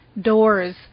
Doors